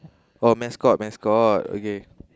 oh mascot mascot okay